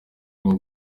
rwo